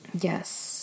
Yes